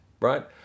Right